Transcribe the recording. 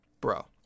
bro